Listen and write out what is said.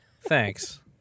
Thanks